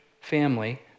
family